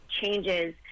changes